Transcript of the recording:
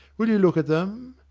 will you look at them?